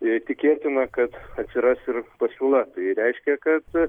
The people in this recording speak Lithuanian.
jei tikėtina kad atsiras ir pasiūla tai reiškia kad